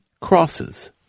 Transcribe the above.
crosses